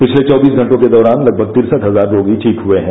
पिछले चौबीस घंटों के दौरान लगभग तिरसठ हजार रोगी ठीक हुए हैं